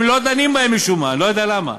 הם לא דנים בהן משום מה, אני לא יודע למה.